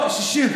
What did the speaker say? חתימות?